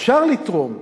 אפשר לתרום.